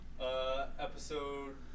Episode